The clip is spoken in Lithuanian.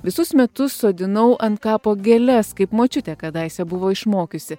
visus metus sodinau ant kapo gėles kaip močiutė kadaise buvo išmokiusi